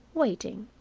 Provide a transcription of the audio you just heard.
waiting.